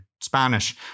Spanish